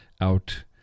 out